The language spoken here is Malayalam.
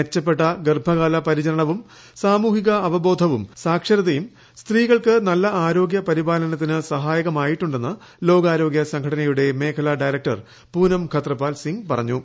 മെച്ചപ്പെട്ട ഗർഭകാല പരിചരണവും സാമൂഹിക അവബോധവും സാക്ഷരതയും സ്ത്രീകൾക്ക് ആരോഗ്യ പരിപാലനത്തിന് നല്ല സഹായകമായിട്ടുണ്ടെന്ന് ലോകാരോഗൃ സംഘടനയുടെ മേഖലാ ഡയറക്ടർ പൂനം ഖത്രപാൽ സിങ് പറഞ്ഞു